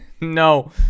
No